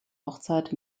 hochzeit